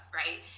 right